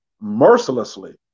mercilessly